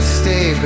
stay